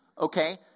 Okay